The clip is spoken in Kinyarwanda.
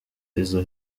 izo